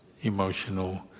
emotional